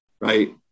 right